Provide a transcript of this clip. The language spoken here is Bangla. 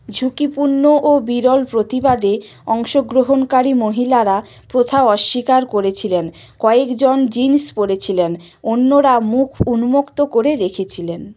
ঝুঁকিপূর্ণ ও বিরল প্রতিবাদে অংশগ্রহণকারী মহিলারা প্রথা অস্বীকার করেছিলেন কয়েকজন জিন্স পরেছিলেন অন্যরা মুখ উন্মুক্ত করে রেখেছিলেন